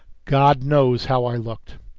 god knows how i looked!